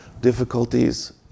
difficulties